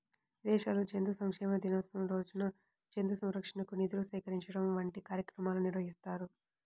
విదేశాల్లో జంతు సంక్షేమ దినోత్సవం రోజున జంతు సంరక్షణకు నిధులు సేకరించడం వంటి కార్యక్రమాలు నిర్వహిస్తారు